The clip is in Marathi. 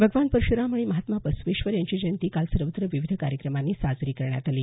भगवान परशुराम आणि महात्मा बसवेश्वर यांची जयंती काल सर्वत्र विविध कार्यक्रमांनी साजरी करण्यात आली